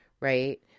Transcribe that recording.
right